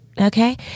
Okay